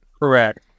Correct